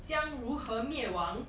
将如何灭亡